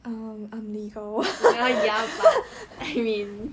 ya ya but I mean